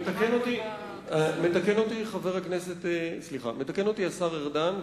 מתקן אותי השר ארדן,